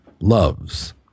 loves